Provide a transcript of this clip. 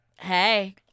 hey